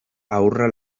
haurra